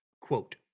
Quote